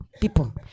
people